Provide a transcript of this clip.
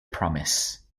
promise